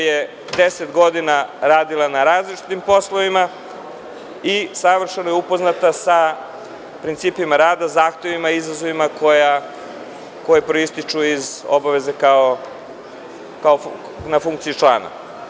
Deset godina je radila na različitim poslovima i savršeno je upoznata sa principima rada, zahtevima i izazovima koji proističu iz obaveze na funkciji člana.